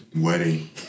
Wedding